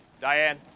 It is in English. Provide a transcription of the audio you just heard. Diane